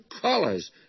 colors